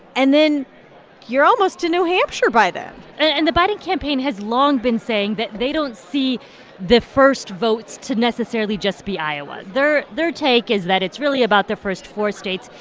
and then you're almost to new hampshire by then and the biden campaign has long been saying that they don't see the first votes to necessarily just be iowa. their their take is that it's really about the first four states.